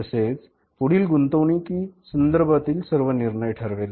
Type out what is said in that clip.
तसेच पुढील गुंतवणुकी संदर्भातील सर्व निर्णय ठरवेल